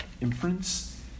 inference